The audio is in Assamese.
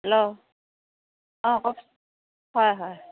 হেল্ল' অঁ কওকচোন হয় হয়